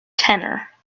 tenor